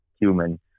human